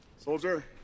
Soldier